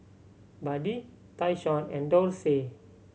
Buddy Tyshawn and Dorsey